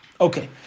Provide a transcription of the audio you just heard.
Okay